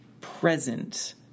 present